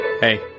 Hey